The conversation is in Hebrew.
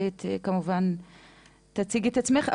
כמובן תציגי את עצמך.